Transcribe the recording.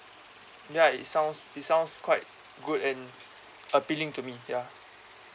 ya it sounds it sounds quite good and appealing to me ya